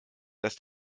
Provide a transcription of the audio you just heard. dass